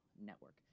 network